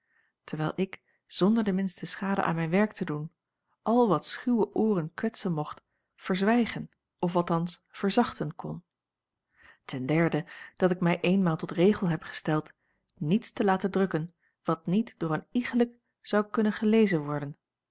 terwijl ik zonder de minste schade aan mijn werk te doen al wat schuwe ooren kwetsen mocht verzwijgen of althans verzachten kon ten derde dat ik mij eenmaal tot regel heb gesteld niets te laten drukken wat niet door een iegelijk zou kunnen gelezen worden